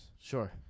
Sure